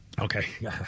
Okay